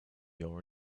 your